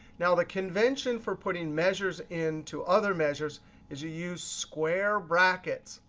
now, the convention for putting measures into other measures is you use square brackets.